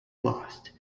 lost